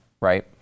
right